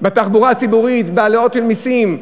בתחבורה הציבורית, בהעלאות של מסים,